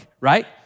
right